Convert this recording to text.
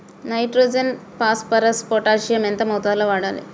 Nitrogen phosphorus potassium ఎంత మోతాదు లో వాడాలి?